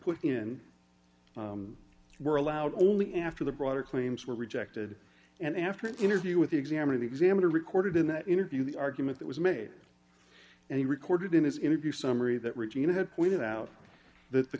in were allowed only after the broader claims were rejected and after an interview with the examiner the examiner recorded in that interview the argument that was made and he recorded in his interview summary that regina had pointed out that the